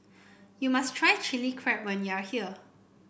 you must try Chilli Crab when you are here